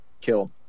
kill